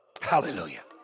Hallelujah